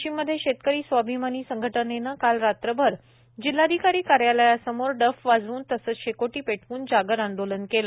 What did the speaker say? वाशिममधे शेतकरी स्वाभिमानी संघटनेनं काल रात्रभर जिल्हाधिकारी कार्यालयासमोर डफ वाजवून तसंच शेकोटी पेटवून जागर आंदोलन केलं